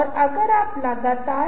तो आपको इससे बचने की जरूरत है